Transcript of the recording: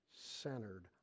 centered